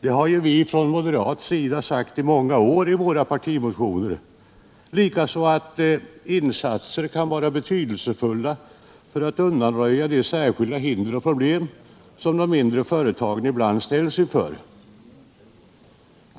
Detta har vi från moderat sida sagt i många år i våra partimotioner, liksom att insatser ”kan vara betydelsefulla för att undanröja de särskilda hinder och problem som de mindre företagen ibland ställs inför”.